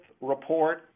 report